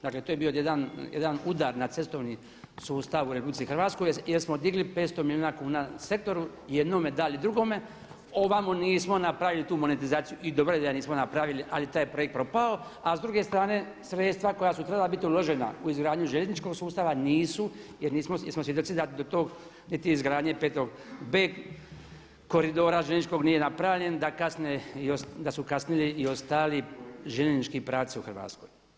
Dakle to je bio jedan udar na cestovni sustav u RH jer smo digli 500 milijuna sektoru jednome, dali drugome, ovamo nismo napravili tu monetizaciju i dobro je da je nismo napravili, ali taj je projekt propao, a s druge strane sredstva koja su trebala biti uložena u izgradnju željezničkog sustava nisu jer smo svjedoci da tog niti izgradnje 5B koridora željezničkog nije napravljen, da su kasnili i ostali željeznički pravci u Hrvatskoj.